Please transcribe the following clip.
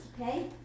okay